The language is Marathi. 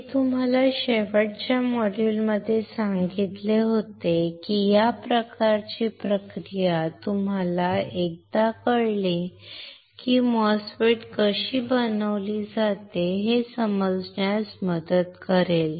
मी तुम्हाला शेवटच्या मॉड्युलमध्ये सांगितले होते की या प्रकारची प्रक्रिया तुम्हाला एकदा कळली की MOSFET कशी बनवली जाते हे समजण्यास मदत करेल